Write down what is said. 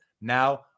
now